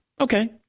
Okay